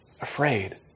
afraid